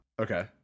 okay